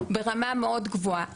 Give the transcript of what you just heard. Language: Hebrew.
ברמה מאוד גבוהה.